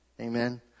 Amen